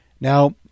Now